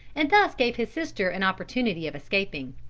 and thus gave his sister an opportunity of escaping.